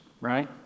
right